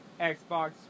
Xbox